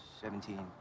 Seventeen